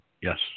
Yes